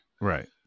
Right